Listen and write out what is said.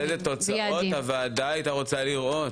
איזה תוצאות הוועדה הייתה רוצה לראות,